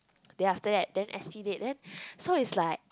then after that then S_P date then so it's like